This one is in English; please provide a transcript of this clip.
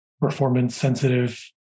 performance-sensitive